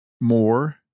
more